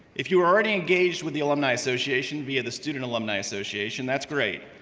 if you are already engaged with the alumni association via the student alumni association, that's great,